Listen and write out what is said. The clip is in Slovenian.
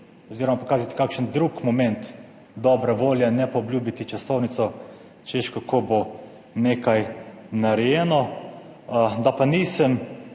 oziroma pokazati kakšen drug moment dobre volje, ne pa obljubiti časovnico, češ kako bo nekaj narejeno, da pa nisem,